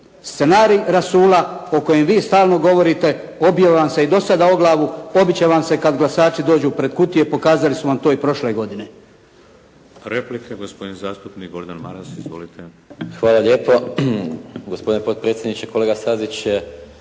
Scenarij rasula o kojem vi stalno govorite obija vam se i do sada o glavu, pobit će vam se kada glasači dođu pred kutije, pokazali su vam to i prošle godine. **Šeks, Vladimir (HDZ)** Replika. Gospodin zastupnik Gordan Maras. Izvolite. **Maras, Gordan (SDP)** Hvala lijepo. Gospodine potpredsjedniče, kolega Stazić